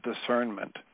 Discernment